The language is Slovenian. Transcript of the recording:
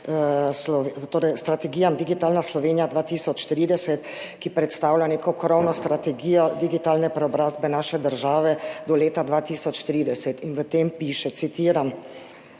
strategiji Digitalna Slovenija 2030, ki predstavlja neko krovno strategijo digitalne preobrazbe naše države do leta 2030. V njej piše, citiram: